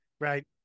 Right